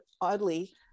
oddly